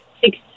six